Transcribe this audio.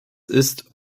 ist